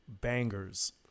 bangers